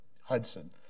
Hudson